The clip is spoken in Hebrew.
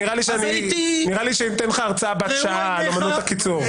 אז הייתי --- נראה לי שאני אתן לך הרצאה בת שעה על אומנות הקיצור.